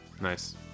Nice